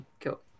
cool